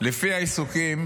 לפי העיסוקים